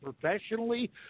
professionally